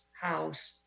house